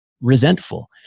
resentful